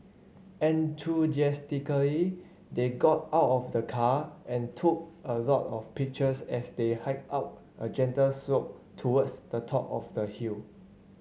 enthusiastically they got out of the car and took a lot of pictures as they hiked out a gentle slope towards the top of the hill